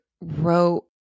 Wrote